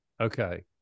Okay